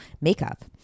makeup